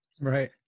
Right